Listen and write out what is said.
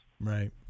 Right